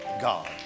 God